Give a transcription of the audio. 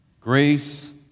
grace